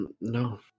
No